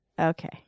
okay